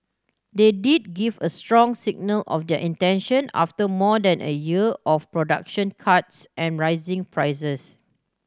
they did give a strong signal of their intention after more than a year of production cuts and rising prices